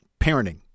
parenting